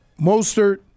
Mostert